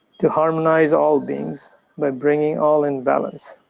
to harmonize all beings by bringing all in balance.